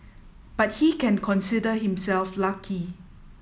but he can consider himself lucky